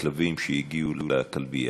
בכלבים שהגיעו לכלבייה,